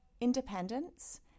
independence